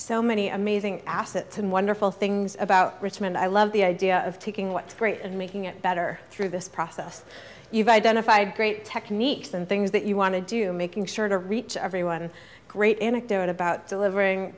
so many amazing assets and wonderful things about richmond i love the idea of taking what's great and making it better through this process you've identified great techniques and things that you want to do making sure to reach everyone great anecdote about delivering